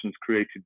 created